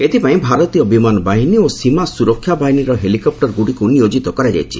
ଏଥିପାଇଁ ଭାରତୀୟ ବିମାନ ବାହିନୀ ଓ ସୀମା ସ୍ତରକ୍ଷା ବାହିନୀର ହେଲିକପୂରଗ୍ରଡ଼ିକ୍ ନିୟୋଜିତ କରାଯାଇଛି